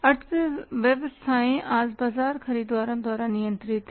अर्थव्यवस्थाएं आज बाजार खरीदारों द्वारा नियंत्रित हैं